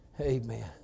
Amen